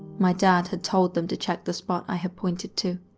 my dad had told them to check the spot i had pointed to.